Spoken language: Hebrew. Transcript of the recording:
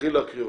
תתחיל להקריא.